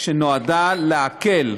שנועדה להקל,